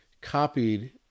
copied